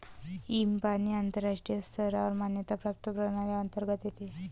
इबानी आंतरराष्ट्रीय स्तरावर मान्यता प्राप्त प्रणाली अंतर्गत येते